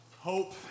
Hope